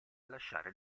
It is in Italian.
lasciare